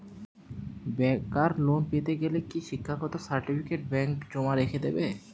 বেকার লোন পেতে গেলে কি শিক্ষাগত সার্টিফিকেট ব্যাঙ্ক জমা রেখে দেবে?